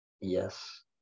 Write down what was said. Yes